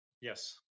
Yes